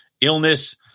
illness